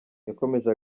yakomeje